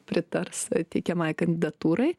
pritars teikiamai kandidatūrai